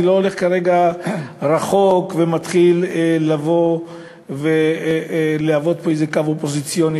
אני לא הולך כרגע רחוק ומתחיל לבוא ולהוות פה איזה קו אופוזיציוני,